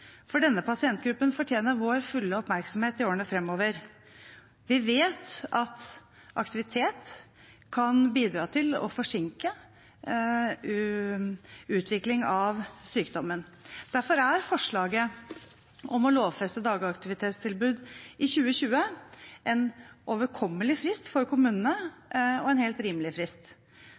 for denne pasientgruppen fortjener vår fulle oppmerksomhet i årene framover. Vi vet at aktivitet kan bidra til å forsinke utvikling av sykdommen. Derfor er forslaget om å lovfeste dagaktivitetstilbud fra 2020 en overkommelig frist for kommunene og en helt rimelig frist.